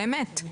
אמת.